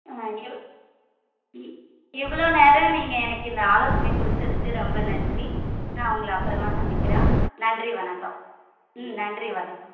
ஆ இவ் இ இவ்வளோ நேரம் நீங்கள் எனக்கு இந்த ஆலோசனை கொடுத்ததுக்கு ரொம்ப நன்றி நான் உங்களை அப்புறமா சந்திக்கிறேன் நன்றி வணக்கம் ம் நன்றி வணக்கம்